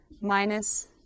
minus